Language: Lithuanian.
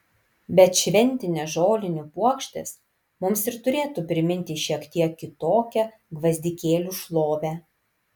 bet šventinės žolinių puokštės mums ir turėtų priminti šiek tiek kitokią gvazdikėlių šlovę